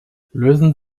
lösen